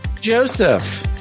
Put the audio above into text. Joseph